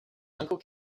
uncle